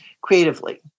creatively